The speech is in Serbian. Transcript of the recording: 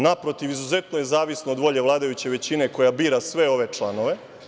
Naprotiv, izuzetno je zavisno od volje vladajuće većine koja bira sve ove članove.